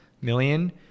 million